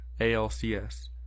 ALCS